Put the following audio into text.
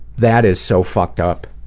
that is so fucked up.